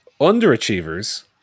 underachievers